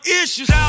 issues